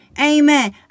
Amen